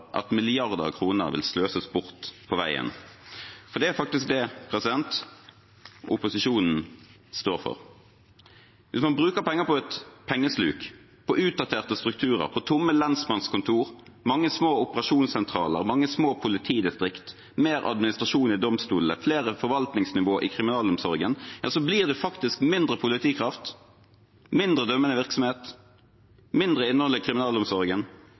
at milliarder av kroner vil sløses bort på veien. For det er faktisk det opposisjonen står for. Hvis man bruker penger på et pengesluk, på utdaterte strukturer, på tomme lensmannskontorer, mange små operasjonssentraler, mange små politidistrikter, mer administrasjon i domstolene og flere forvaltningsnivåer i kriminalomsorgen, blir det faktisk mindre politikraft, mindre dømmende virksomhet, mindre innhold i kriminalomsorgen